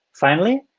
finally,